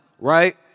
right